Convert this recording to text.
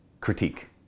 critique